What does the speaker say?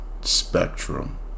spectrum